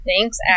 Thanks